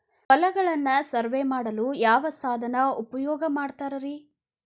ಹೊಲಗಳನ್ನು ಸರ್ವೇ ಮಾಡಲು ಯಾವ ಸಾಧನ ಉಪಯೋಗ ಮಾಡ್ತಾರ ರಿ?